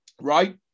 right